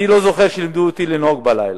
ואני לא זוכר שלימדו אותי לנהוג בלילה.